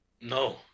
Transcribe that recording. No